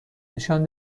نشان